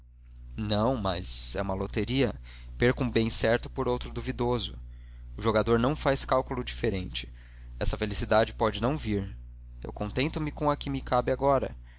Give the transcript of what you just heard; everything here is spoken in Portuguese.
não mas é uma loteria perco um bem certo por outro duvidoso o jogador não faz cálculo diferente essa felicidade pode não vir eu contento-me com a que me cabe agora